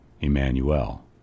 Emmanuel